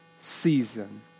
season